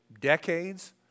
decades